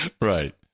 Right